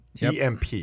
emp